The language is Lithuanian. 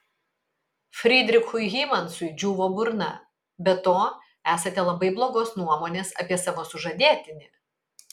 frydrichui hymansui džiūvo burna be to esate labai blogos nuomonės apie savo sužadėtinį